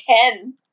ten